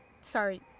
sorry